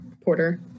Porter